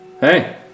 Hey